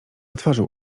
otworzył